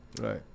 Right